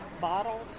bottled